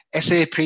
SAP